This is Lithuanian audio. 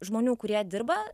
žmonių kurie dirba